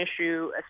issue